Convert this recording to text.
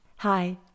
Hi